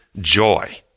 joy